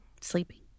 Sleeping